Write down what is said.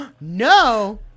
No